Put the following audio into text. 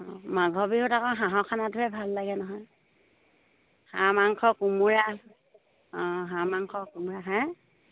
অঁ মাঘৰ বিহুত আকৌ হাঁহৰ খানাটোহে ভাল লাগে নহয় হাঁহ মাংস কোমোৰা অঁ হাঁহ মাংস কোমোৰা হে